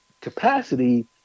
capacity